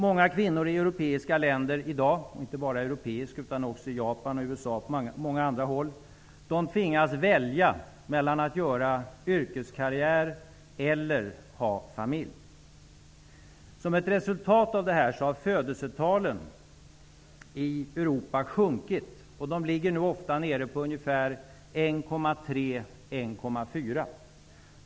Många kvinnor i europeiska länder, i Japan, i USA och på många andra håll tvingas i dag välja mellan att göra yrkeskarriär och att ha familj. Som ett resultat av det här har i Europa födelsetalen sjunkit och ligger nu ofta nere på ungefär 1,3--1,4.